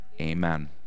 Amen